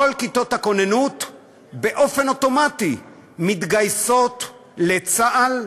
כל כיתות הכוננות באופן אוטומטי מתגייסות לצה"ל,